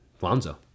Lonzo